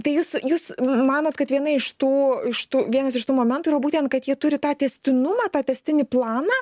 tai jūs jūs manot kad viena iš tų iš tų vienas iš tų momentų yra būtent kad jie turi tą tęstinumą tą tęstinį planą